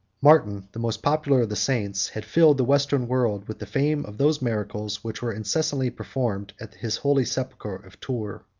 martin, the most popular of the saints, had filled the western world with the fame of those miracles which were incessantly performed at his holy sepulchre of tours.